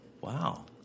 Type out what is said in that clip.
Wow